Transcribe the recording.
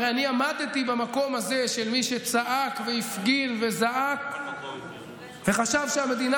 הרי אני עמדתי במקום הזה של מי שצעק והפגין וזעק וחשב שהמדינה